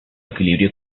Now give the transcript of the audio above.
equilibrio